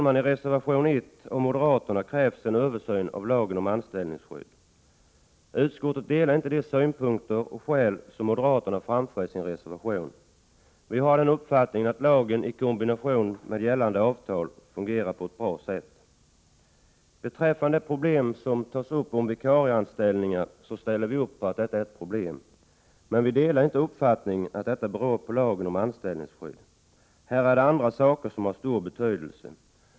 I reservation 1 av moderaterna krävs en översyn av lagen om anställningsskydd. Utskottet delar inte de synpunkter och skäl som moderaterna framför i sin reservation. Vi har den uppfattningen att lagen i kombination med gällande avtal fungerar på ett bra sätt. Beträffande vikarieanställningar så ställer vi oss bakom uppfattningen att det där finns problem. Men vi delar inte uppfattningen att problemen beror på lagen om anställningsskydd — det är andra saker som har stor betydelse.